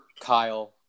Kyle